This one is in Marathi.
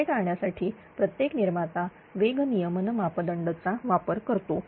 हे टाळण्यासाठी प्रत्येक निर्माता वेग नियमन मापदंड चा वापर करतो